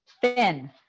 thin